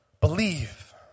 believe